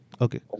Okay